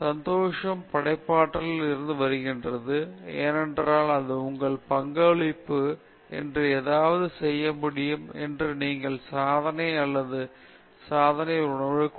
எனவே சந்தோஷம் படைப்பாற்றலில் இருந்து வருகிறது ஏனென்றால் அது உங்கள் பங்களிப்பு என்று ஏதாவது செய்ய முடியும் என்று நீங்கள் சாதனை அல்லது சாதனை ஒரு உணர்வு கொடுக்கிறது